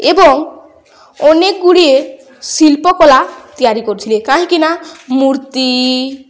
ଏବଂ ଅନେକ ଗୁଡ଼ିଏ ଶିଳ୍ପ କଳା ତିଆରି କରୁଥିଲେ କାହିଁକିନା ମୂର୍ତ୍ତି